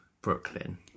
Brooklyn